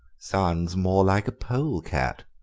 sounds more like a polecat,